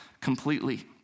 completely